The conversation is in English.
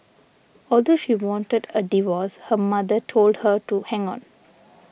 although she wanted a divorce her mother told her to hang on